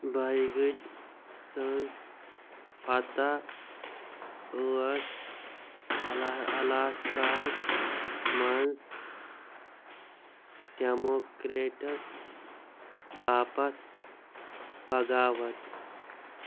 بیگٕچ سٕنٛز فتح ٲس الا الاسکاہَس منٛز ڈیموکرٛیٹس باپتھ بغاوت